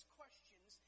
questions